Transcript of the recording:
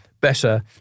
better